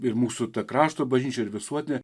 ir mūsų krašto bažnyčia ir visuotinė